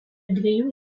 dviejų